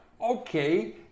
Okay